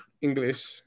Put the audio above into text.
English